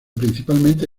principalmente